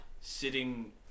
sitting